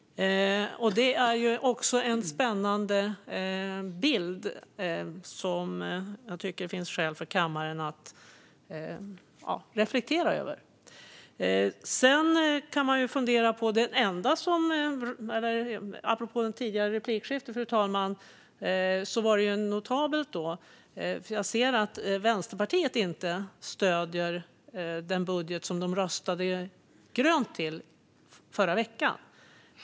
Det är också en spännande bild, som jag tycker att det finns skäl för kammaren att reflektera över. Sedan kan man fundera på något apropå det tidigare replikskiftet, fru talman. Jag ser att Vänsterpartiet inte stöder den budget som de röstade grönt för i förra veckan.